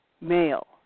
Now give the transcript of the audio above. male